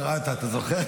מפעל אתא, אתה זוכר?